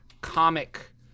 comic